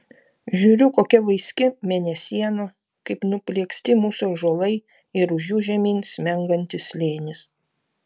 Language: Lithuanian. žiūriu kokia vaiski mėnesiena kaip nuplieksti mūsų ąžuolai ir už jų žemyn smengantis slėnis